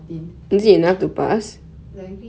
oh ya I got twelve out of fourteen should I just move on